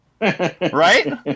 Right